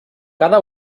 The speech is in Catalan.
cada